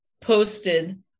posted